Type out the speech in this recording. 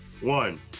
one